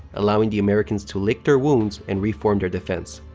allowing the americans to lick their wounds and reform their defense.